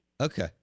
Okay